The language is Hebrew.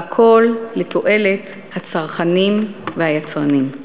והכול לתועלת הצרכנים והיצרנים.